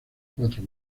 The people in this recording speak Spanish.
cuatro